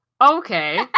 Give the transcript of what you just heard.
okay